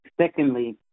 Secondly